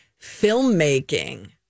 filmmaking